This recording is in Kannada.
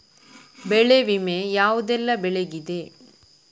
ಬೆಳೆ ವಿಮೆ ಯಾವುದೆಲ್ಲ ಬೆಳೆಗಿದೆ?